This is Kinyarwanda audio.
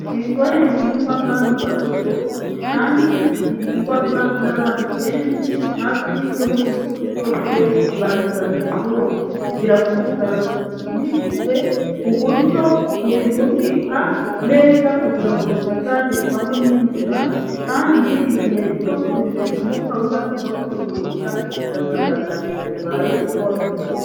Ibigori ni igihingwa ngandurarugo, kandi gihingwa n'abantu benshi hafi yo mu Gihugu cyose bahinga ibigori, kandi bigira umusaruro gushimishije, ku buryo ubihunika neza kugira ngo bitazagerwaho n'imvura, kandi igihe cyo kubisheshamo kawunga cyangwa kubigurisha, ugasanga ntacyo bibaye kuko wabihunitse neza.